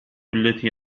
التي